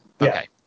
Okay